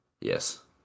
Yes